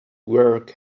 work